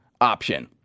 option